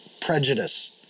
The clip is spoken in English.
prejudice